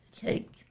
cake